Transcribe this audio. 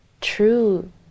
true